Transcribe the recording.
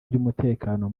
by’umutekano